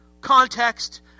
context